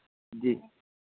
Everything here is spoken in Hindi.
जी